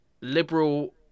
liberal